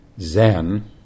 Zen